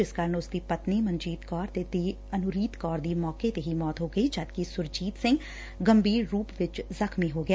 ਜਿਸ ਕਾਰਨ ਉਸਦੀ ਪਤਨੀ ਮਨਜੀਤ ਕੌਰ ਤੇ ਧੀ ਅਨੁਰੀਤ ਕੌਰ ਦੀ ਮੌਕੇ ਤੇ ਹੀ ਮੌਤ ਹੋ ਗਈ ਜਦਕਿ ਸੁਰਜੀਤ ਸਿੰਘ ਗੰਭੀਰ ਰੁਪ ਵਿੱਚ ਜ਼ਖਮੀ ਹੋ ਗਿਆ